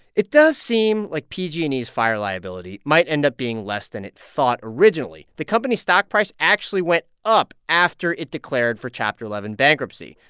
it does seem like pg and e's fire liability might end up being less than it thought originally. the company's stock price actually went up after it declared for chapter eleven bankruptcy.